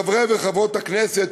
חברי וחברות הכנסת,